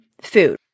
food